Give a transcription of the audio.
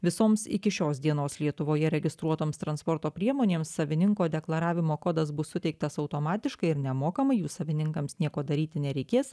visoms iki šios dienos lietuvoje registruotoms transporto priemonėms savininko deklaravimo kodas bus suteiktas automatiškai ir nemokamai jų savininkams nieko daryti nereikės